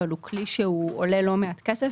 אבל הוא כלי שעולה לא מעט כסף,